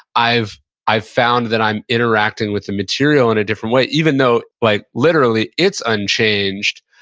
i've i've found that i'm interacting with the material in a different way, even though, like literally, it's unchanged.